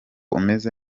umeze